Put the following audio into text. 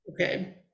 Okay